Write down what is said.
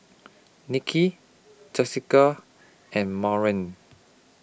Niki Jessica and